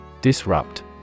Disrupt